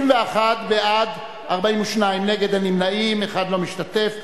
31 בעד, 42 נגד, אין נמנעים, אחד לא משתתף.